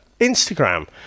Instagram